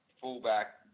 fullback